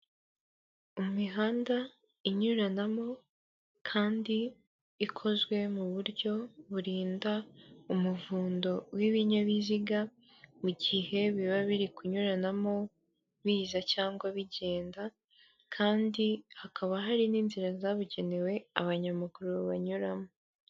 Imihanda inyuranamo kandi ikozwe mu buryo burinda umuvundo w'ibinyabiziga mu gihe biba biri kunyuranamo, biza cyangwa bigenda kandi hakaba hari n'inzira zabugenewe abanyamaguru banyuramo.